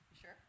Sure